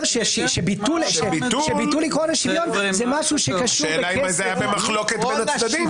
שביטול עקרון השוויון זה משהו שקשור בכסף.